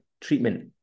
treatment